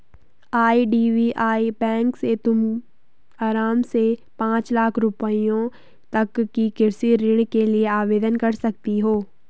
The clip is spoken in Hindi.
आई.डी.बी.आई बैंक से तुम आराम से पाँच लाख रुपयों तक के कृषि ऋण के लिए आवेदन कर सकती हो